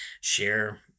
share